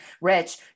Rich